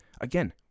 Again